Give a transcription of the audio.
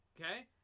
Okay